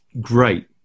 great